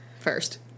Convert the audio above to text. First